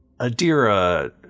Adira